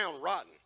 rotten